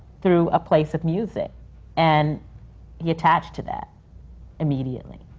through a place of music and he attached to that immediately.